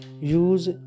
Use